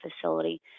facility